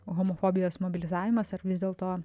homofobijos mobilizavimas ar vis dėlto